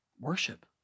Worship